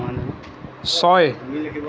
ছয়